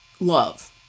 love